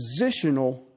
positional